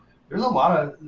there's a lot of